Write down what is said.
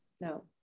no